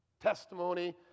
Testimony